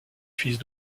fils